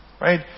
right